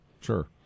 sure